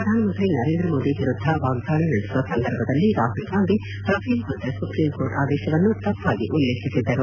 ಪ್ರಧಾನಮಂತ್ರಿ ನರೇಂದ್ರ ಮೋದಿ ವಿರುದ್ದ ವಾಗ್ವಾಳಿ ನಡೆಸುವ ಸಂದರ್ಭದಲ್ಲಿ ರಾಹುಲ್ ಗಾಂಧಿ ರಫೇಲ್ ಕುರಿತ ಸುಪ್ರಿಂಕೋರ್ಟ್ ಆದೇಶವನ್ನು ತಪ್ಪಾಗಿ ಉಲ್ಲೇಖಿಸಿದ್ದರು